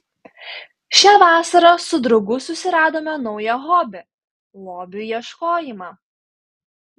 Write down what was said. šią vasarą su draugu susiradome naują hobį lobių ieškojimą